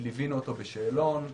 לוונו אותו בשאלון,